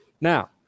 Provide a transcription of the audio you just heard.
Now